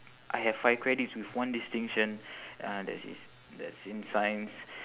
I have five credits with one distinction uh that is that's in science